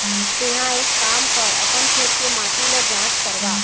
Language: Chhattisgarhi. तेंहा एक काम कर अपन खेत के माटी ल जाँच करवा